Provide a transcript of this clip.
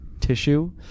tissue